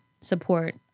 support